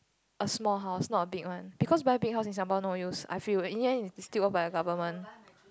a small house not a big one because buy big house in Singapore no use I feel in the end it's still own by the government